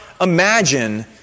imagine